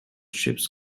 ships